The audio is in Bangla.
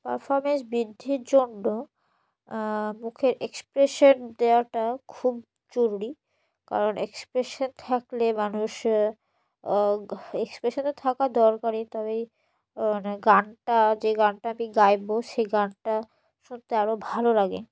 পারফরমেন্স বৃদ্ধির জন্য মুখের এক্সপ্রেশান দেওয়াটা খুব জরুরি কারণ এক্সপ্রেশান থাকলে মানুষ এক্সপ্রেশান তো থাকা দরকারই তবে গানটা যে গানটা আমি গাইবো সেই গানটা শুনতে আরও ভালো লাগে